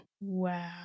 Wow